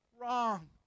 wrong